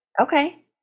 Okay